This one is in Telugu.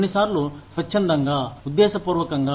కొన్నిసార్లు స్వచ్ఛందంగా ఉద్దేశపూర్వకంగా